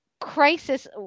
Crisis